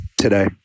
today